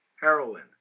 Heroin